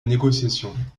négociation